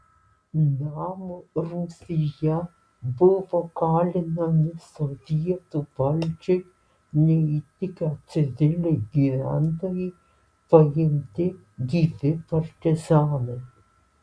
namo rūsyje buvo kalinami sovietų valdžiai neįtikę civiliai gyventojai paimti gyvi partizanai